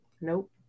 Nope